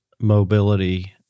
mobility